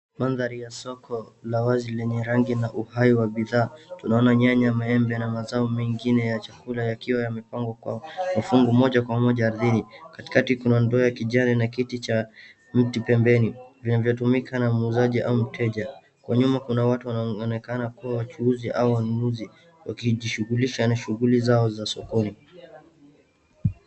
Mandhari ya soko la wazi lenye rangi na uhai wa bidhaa. Tunaona nyanya, maembe na mazao mengine ya chakula yakiwa yamepangwa kwa mafungu moja kwa moja dhidi. Katikati kuna ndoa ya kijani na kiti pembeni inayotumika na muuzaji au mteja. Kwa nyuma kuna watu wanaonekana kuwa wachuuzi au wanunuzi wakijishughulisha na shughuli zao za sokoni.